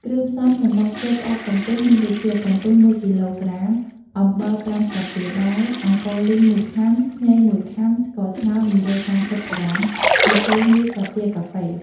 គ្រឿងផ្សំសម្រាប់ធ្វើផ្អកកំពឹសមានដូចជា កំពឹស ១ គីឡូក្រាម អំបិល ៥ស្លាបព្រាបាយ អង្ករលីង ១ខាំ ខ្ញី ១ខាំ ស្ករត្នោត ១៣០ក្រាម ប៊ីចេង ១ស្លាបព្រាកាហ្វេ។